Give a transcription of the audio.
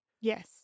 Yes